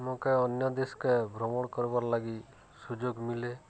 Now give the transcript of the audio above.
ଆମକେ ଅନ୍ୟ ଦେଶକେ ଭ୍ରମଣ କର୍ବାର୍ ଲାଗି ସୁଯୋଗ ମିଲେ